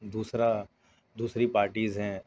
دوسرا دوسری پارٹیز ہیں